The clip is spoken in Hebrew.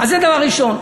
אז זה דבר ראשון.